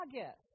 August